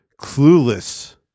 clueless